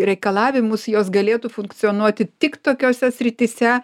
reikalavimus jos galėtų funkcionuoti tik tokiose srityse